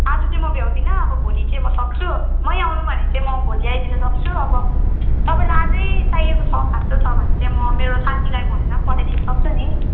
आज चाहिँ म भ्याँउदिनँ अब भोलि चाहिँ म सक्छु मै आउनु भने चाहिँ म भोलि आइदिनुसक्छु अब तपाईँलाई आजै चाहिएको छ खाँचो छ भने चाहिँ म मेरो साथीलाई भनेर पनि पठाइदिनु सक्छु नि